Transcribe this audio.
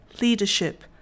leadership